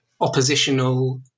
oppositional